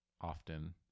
often